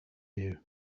you